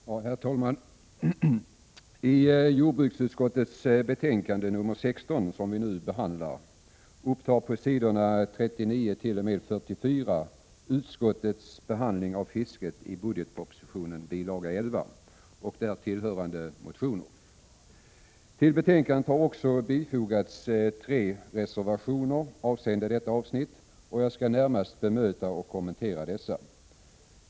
Herr talman! I jordbruksutskottets betänkande nr 16, som vi nu behandlar, upptas på s. 39-44 utskottets behandling av fisket i budgetpropositionen, bil. 11, och dithörande motioner. Till betänkandet har också bifogats tre reservationer avseende detta avsnitt, och jag skall närmast bemöta och kommentera dessa.